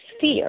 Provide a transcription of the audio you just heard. fear